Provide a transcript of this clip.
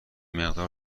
مقدار